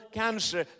cancer